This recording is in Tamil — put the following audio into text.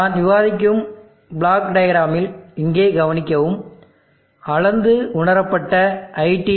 நாம் விவாதிக்கும் பிளாக் டயக்ராமில் இங்கே கவனிக்கவும் அளந்து உணரப்பட்ட iT